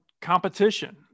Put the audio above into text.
competition